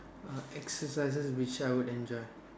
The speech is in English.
exercises which I would enjoy